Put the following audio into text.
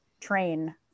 train